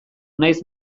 naiz